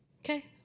Okay